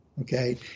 okay